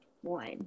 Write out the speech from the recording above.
one